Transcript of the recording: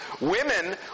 women